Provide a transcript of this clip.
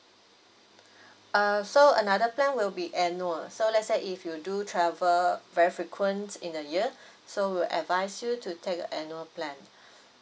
err so another plan will be annual so let's say if you do travel very frequent in a year so we'll advise you to take the annual plan